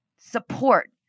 support